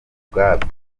ubwabyo